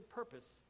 purpose